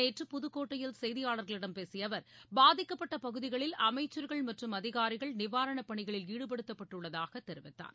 நேற்று புதுக்கோட்டையில் செய்தியாளர்களிடம் பேசிய அவர் பாதிக்கப்பட்ட பகுதிகளில் அமைச்சர்கள் மற்றும் அதிகாரிகள் நிவாரண பணிகளில் ஈடுபடுத்தப்பட்டுள்ளதாக தெரிவித்தார்